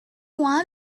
want